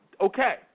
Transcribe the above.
okay